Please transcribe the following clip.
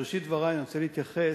בראשית דברי אני רוצה להתייחס